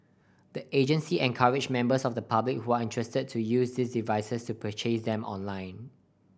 the agency encouraged members of the public who are interested to use these devices to purchase them online